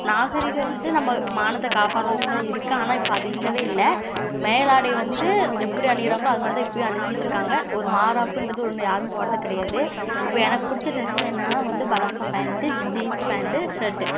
நாகரீகம் வந்து நம்ம மானத்தை காப்பாற்றுறதுக்குதான் இருக்கு ஆனால் இப்போ அது இல்லவே இல்லை மேலாடை வந்து எப்படி அணியிறாங்களோ அது மாதிரிதான் இப்பையும் அணிஞ்சிட்டுருக்காங்க ஒரு மாராப்புன்றது ஒன்று யாரும் போடுறது கிடையாது இப்போ எனக்கு பிடிச்ச டிரெஸ் என்னான்னா palazzo pant jeans pant shirt